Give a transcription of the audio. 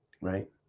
Right